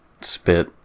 spit